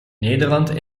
nederland